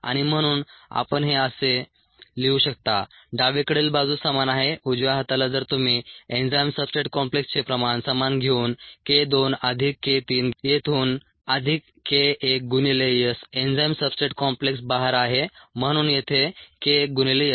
आणि म्हणून आपण हे असे लिहू शकता डावीकडील बाजू समान आहे उजव्या हाताला जर तुम्ही एन्झाईम सब्सट्रेट कॉम्प्लेक्सचे प्रमाण समान घेऊन k 2 अधिक k 3 येथून अधिक k 1 गुणिले S एन्झाईम सब्सट्रेट कॉम्प्लेक्स बाहेर आहे म्हणून येथे k 1 गुणिले S